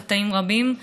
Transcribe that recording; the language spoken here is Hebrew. בחטאים רבים,